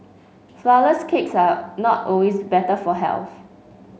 flourless cakes are not always better for health